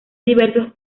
diversos